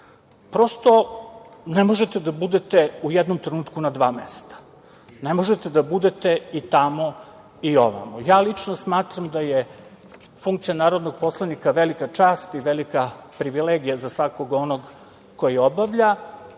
Prosto, ne možete da budete u jednom trenutku na dva mesta. Ne možete da budete i tamo i ovamo. Ja lično smatram da je funkcija narodnog poslanika velika čast i velika privilegija za svakog onog koji obavlja